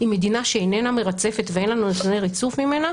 עם מדינה שאיננה מרצפת ואין לנו דיווחי ריצוף ממנה,